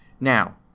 Now